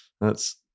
thats